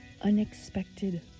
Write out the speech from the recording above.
unexpected